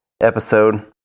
episode